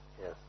Yes